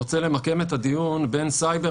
אני רוצה למקם את הדיון בין סייבר,